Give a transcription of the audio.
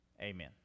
Amen